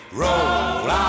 roll